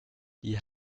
die